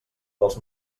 dels